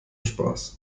spaß